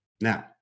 now